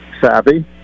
savvy